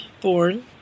born